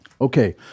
Okay